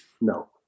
no